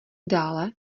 dále